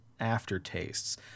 aftertastes